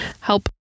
help